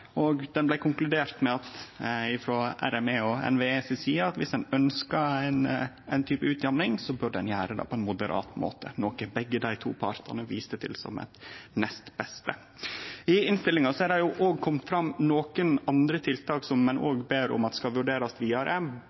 og RME, Reguleringsmyndigheita for energi, og NVE konkluderte med at dersom ein ønskte ein type utjamning, burde ein gjere det på ein moderat måte, noko begge dei to partane viste til som det nest beste. I innstillinga har det òg kome fram nokre andre tiltak som ein ber om at skal vurderast vidare,